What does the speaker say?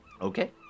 Okay